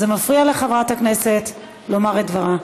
זה מפריע לחברת הכנסת לומר את דברה.